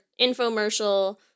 infomercial